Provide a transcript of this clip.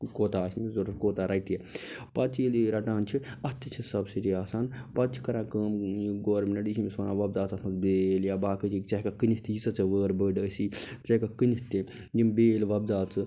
کوتاہ آسہِ تٔمِس ضروٗرت کوتاہ رَٹہِ یہِ پَتہٕ ییٚلہِ یہِ رَٹان چھُ اَتھ تہِ چھِ سبسڈی آسان پَتہٕ چھ کران کٲم یہ گورمیٚنٛٹ یہ چھِ أمس ونان وۄبداو ژٕ اَتھ مَنٛز بیٛٲلۍ یا باقٕے چیٖز ژٕ ہیٚکَکھ کٕنِتھ تہِ یہِ ییٖژاہ ژےٚ وٲر بٔڑ آسی ژٕ ہیٚکَکھ کٕنِتھ تہِ یم بیٛٲلۍ وۄبداو ژٕ